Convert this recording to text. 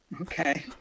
Okay